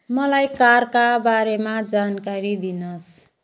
मलाई कारका बारेमा जानकारी दिनुहोस्